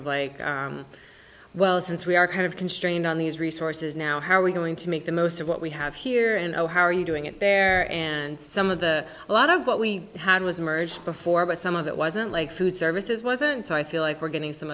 of like well since we are kind of constrained on these resources now how are we going to make the most of what we have here and know how are you doing it bear and some of the a lot of what we had was merged before but some of it wasn't like food services wasn't so i feel like we're getting some